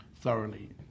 thoroughly